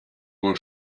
wohl